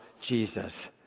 Jesus